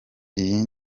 iyi